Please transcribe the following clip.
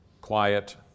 quiet